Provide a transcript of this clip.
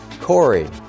Corey